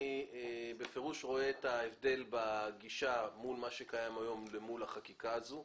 אני בפירוש רואה את ההבדל בגישה מול מה שקיים היום אל מול החקיקה הזו.